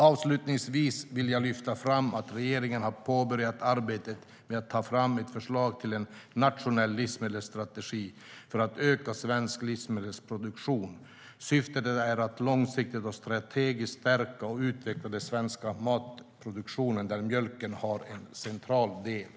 Avslutningsvis vill jag lyfta fram att regeringen har påbörjat arbetet med att ta fram ett förslag till en nationell livsmedelsstrategi för att öka svensk livsmedelsproduktion. Syftet är att långsiktigt och strategiskt stärka och utveckla den svenska matproduktionen, där mjölken har en central del.